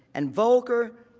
and voelker,